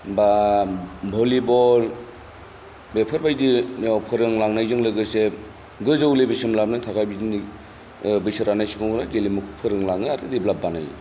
बा भलिबल बेफोरबायदियाव फोरोंलांनायजों लोगोसे गोजौ लेभेलसिम लाबोनो थाखाय बिदिनो बैसो रानाय सुबुङा गेलेमुखौ फोरोंलाङो आरो डेभेलप बानायो